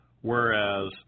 whereas